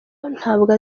ntabwo